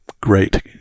great